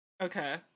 Okay